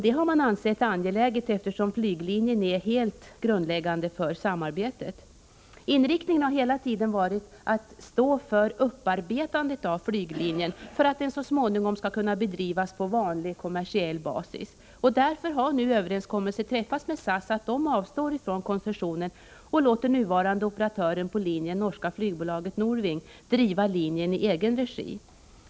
Det har man ansett angeläget eftersom flyglinjen är helt grundläggande för samarbetet. Inriktningen har hela tiden varit att stå för upparbetandet av flyglinjen för att den så småningom skall kunna bedrivas på vanlig kommersiell basis. Och därför har nu överenskommelse träffats med SAS om att bolaget avstår från koncessionen och låter nuvarande operatör på linjen, det norska flygbolaget Norvwing, driva linjen i egen regi.